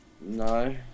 No